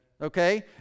okay